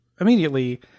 immediately